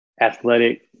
athletic